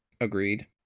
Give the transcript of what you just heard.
Agreed